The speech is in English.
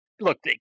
Look